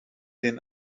den